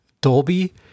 Dolby